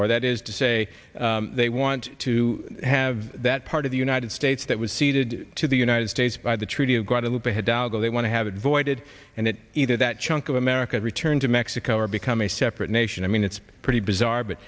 or that is to say they want to have that part of the united states that was ceded to the united states by the treaty of guadalupe hidalgo they want to have it voided and that either that chunk of america returned to mexico or become a separate nation i mean it's pretty bizarre but